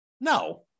No